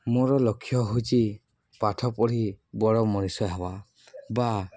ମୋର ଲକ୍ଷ୍ୟ ହେଉଛି ପାଠ ପଢ଼ି ବଡ଼ ମଣିଷ ହେବା ବା